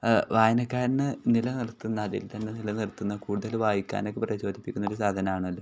വായനക്കാരൻ നിലനിർത്തുന്ന അതിൽ തന്നെ നിലനിർത്തുന്ന കൂടുതൽ വായിക്കാനൊക്കെ പ്രചോദിപ്പിക്കുന്ന ഒരു സാധനമാണല്ലോ